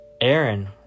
Aaron